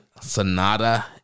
Sonata